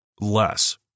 Less